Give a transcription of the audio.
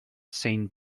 saint